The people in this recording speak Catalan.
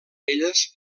elles